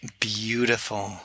beautiful